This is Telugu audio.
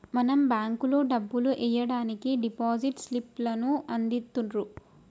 మనం బేంకులో డబ్బులు ఎయ్యడానికి డిపాజిట్ స్లిప్ లను అందిత్తుర్రు